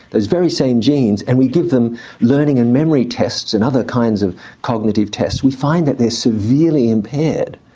those very same genes, and we give them learning and memory tests and other kinds of cognitive tests, we find that they're so severally impaired.